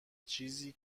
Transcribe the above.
چیزی